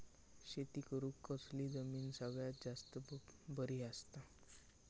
शेती करुक कसली जमीन सगळ्यात जास्त बरी असता?